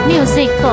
Music